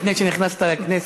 לפני שנכנסת לכנסת,